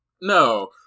No